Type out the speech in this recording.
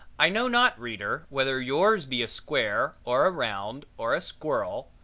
i know not, reader, whether yours be a square or a round or a squirrel,